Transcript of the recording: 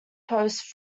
post